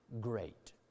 great